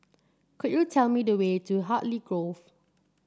could you tell me the way to Hartley Grove